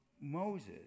Moses